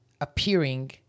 appearing